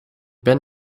ben